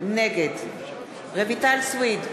נגד רויטל סויד,